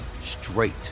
straight